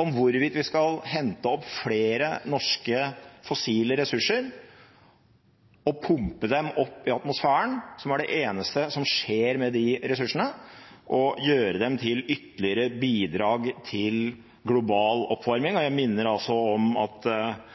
om hvorvidt vi skal hente opp flere norske fossile ressurser og pumpe dem opp i atmosfæren, som er det eneste som skjer med de ressursene, og gjøre dem til ytterligere bidrag til global oppvarming. Jeg minner om at